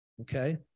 Okay